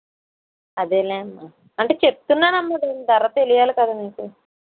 అదేలే అమ్మా అంటే చెప్తున్నానమ్మ దీని ధర తెలియాలి కదా మీకు